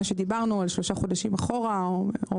מה שאמרנו לגבי שלושה חודשים אחורה או